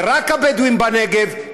רק הבדואים בנגב,